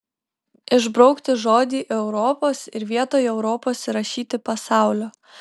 išbraukti žodį europos ir vietoj europos įrašyti pasaulio